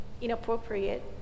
inappropriate